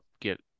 get